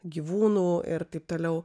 gyvūnų ir taip toliau